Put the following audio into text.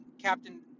Captain